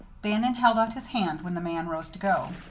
bannon held out his hand when the man rose to go.